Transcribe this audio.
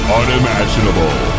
unimaginable